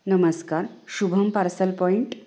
नमस्कार Shubham parcel point